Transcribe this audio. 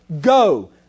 go